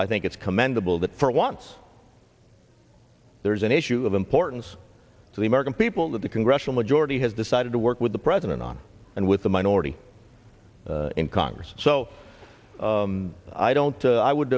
i think it's commendable that for once there is an issue of importance to the american people that the congressional majority has decided to work with the president on and with the minority in congress so i don't i would